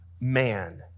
man